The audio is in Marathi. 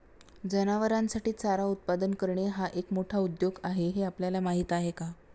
जनावरांसाठी चारा उत्पादन करणे हा एक मोठा उद्योग आहे हे आपल्याला माहीत आहे का?